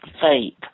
faith